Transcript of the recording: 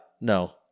No